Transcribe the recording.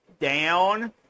down